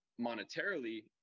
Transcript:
monetarily